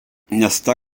nästa